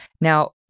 now